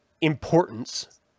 importance